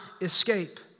escape